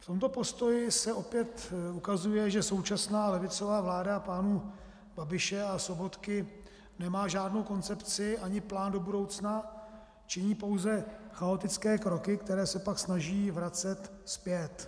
V tomto postoji se opět ukazuje, že současná levicová vláda pánů Babiše a Sobotky nemá žádnou koncepci ani plán do budoucna, činí pouze chaotické kroky, které se pak snaží vracet zpět.